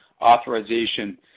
authorization